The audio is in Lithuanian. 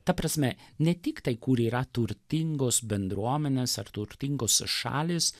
ta prasme ne tiktai kur yra turtingos bendruomenės ar turtingos šalys